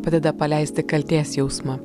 padeda paleisti kaltės jausmą